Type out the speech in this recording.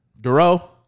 Duro